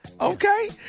okay